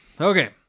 Okay